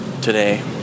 today